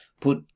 Put